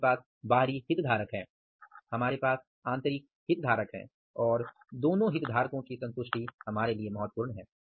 हमारे पास बाहरी हितधारक है हमारे पास आंतरिक हितधारक हैं और दोनों हितधारकों की संतुष्टि महत्वपूर्ण है